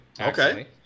okay